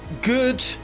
good